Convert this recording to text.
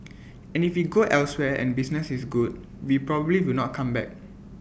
and if we go elsewhere and business is good we probably will not come back